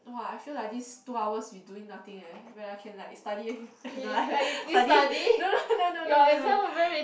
!wah! I feel like this two hours we doing nothing eh when I can like study no lah study no no no no no no